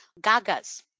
gagas